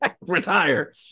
Retire